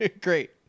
Great